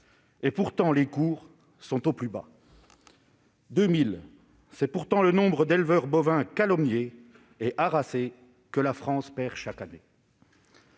Pourtant, les cours sont au plus bas. Deux mille : c'est le nombre d'éleveurs bovins, calomniés et harassés, que la France perd chaque année.